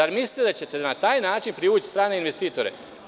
Zar mislite da ćete na taj način privući strane investitore?